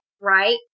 right